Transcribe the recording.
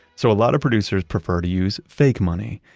so a lot of producers prefer to use fake money.